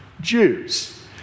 Jews